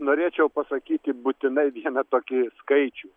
norėčiau pasakyti būtinai vieną tokį skaičių